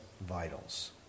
vitals